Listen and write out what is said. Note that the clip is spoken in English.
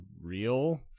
real